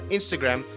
Instagram